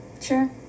sure